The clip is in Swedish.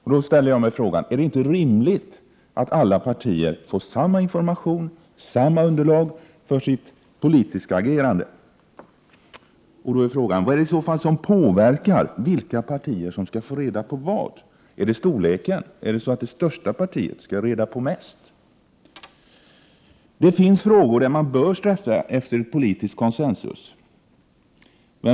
Jag ställer mig då frågan om det inte är rimligt att alla partier får samma information och samma underlag för sitt politiska agerande. Vad är det i så fall som påverkar vilka partier som skall få reda på vad? Är det storleken på partiet? Skall det största partiet ha reda på mest? Det finns frågor där man bör sträva efter politisk konsensus.